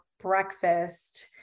breakfast